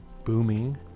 booming